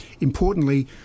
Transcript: importantly